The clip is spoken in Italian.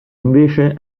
invece